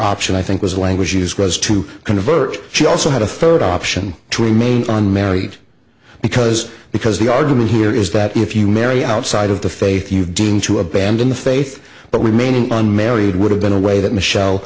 option i think was languages close to convert she also had a photo option to remain on married because because the argument here is that if you marry outside of the faith you deem to abandon the faith but remaining unmarried would have been a way that michelle